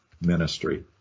ministry